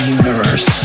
universe